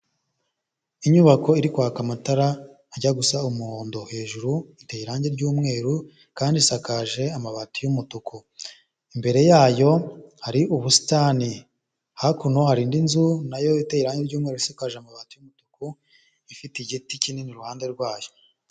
Inyubako iri kwaka amatara ajya gusa umuhondo, hejuru iteye irangi ry'umweru kandi isakaje amabati y'umutuku, imbere yayo hari ubusitani, hakuno hari indi nzu nayo itera irangi ry'umweru isakajwe amabati y'umutuku ifite igiti kinini iruhande rwayo.